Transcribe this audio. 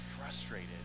frustrated